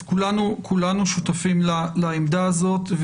כולנו שותפים לעמדה הזאת.